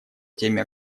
теме